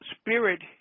spirit